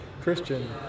Christian